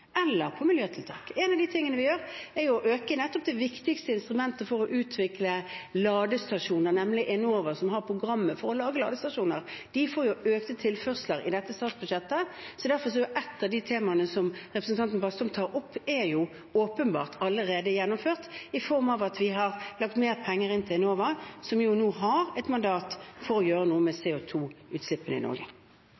miljøtiltak. En av de tingene vi gjør, er å øke tilførslene til nettopp det viktigste instrumentet for å utvikle ladestasjoner, nemlig Enova, som har programmet for å lage ladestasjoner. De får økte tilførsler i dette statsbudsjettet. Derfor er et av de temaene som representanten Bastholm tar opp, allerede gjennomført i form av at vi har lagt inn mer penger til Enova, som nå har et mandat til å gjøre noe med